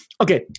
okay